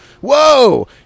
Whoa